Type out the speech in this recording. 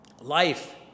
life